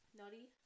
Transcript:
naughty